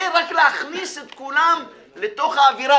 זה רק להכניס את כולם לתוך האווירה.